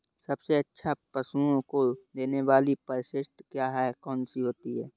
सबसे अच्छा पशुओं को देने वाली परिशिष्ट क्या है? कौन सी होती है?